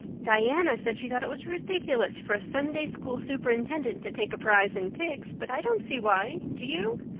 diana said she thought it was ridiculous for a sunday-school superintendent to take a prize in pigs, but i don't see why. do you?